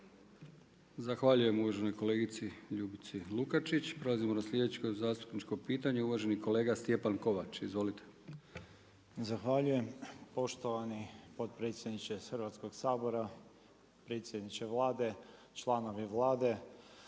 Zahvaljujem uvaženoj kolegici Ljubici Lukačić. Prelazimo na sljedeće zastupničko pitanje, uvaženi zastupnik Stjepan Kovač. Izvolite. **Kovač, Stjepan (SDP)** Zahvaljujem poštovani potpredsjedniče Hrvatskog sabora, predsjedniče Vlade, članovi Vlade.